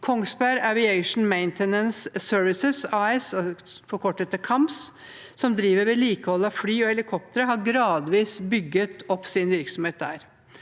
Kongsberg Aviation Maintenance Services AS, forkortet KAMS, som driver vedlikehold av fly og helikoptre, har gradvis bygget opp sin virksomhet der.